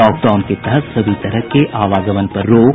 lock down के तहत सभी तरह के आवागमन पर रोक